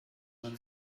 man